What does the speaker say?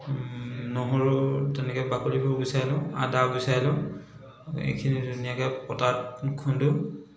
নহৰুৰ তেনেকৈ বাকলিবোৰ গুচাই লওঁ আদা গুচাই লওঁ এইখিনি ধুনীয়াকৈ পঁতাত খুন্দো